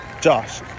Josh